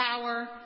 power